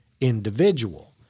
individual